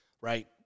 right